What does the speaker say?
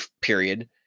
period